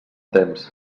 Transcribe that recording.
temps